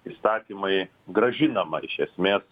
įstatymai grąžinama iš esmės